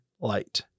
light